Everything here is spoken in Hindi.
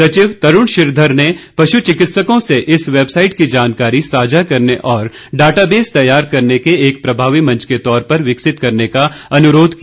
सचिव तरुण श्रीघर ने पशुचिकित्सकों से इस वेबसाइट की जानकारी साझा करने और डाटाबेस तैयार करने के एक प्रभावी मंच के तौर पर विकसित करने का अनुरोध किया